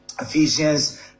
Ephesians